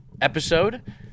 episode